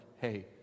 hey